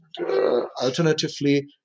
alternatively